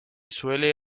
suele